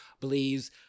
believes